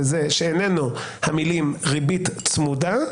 שאיננו המילים "ריבית צמודה"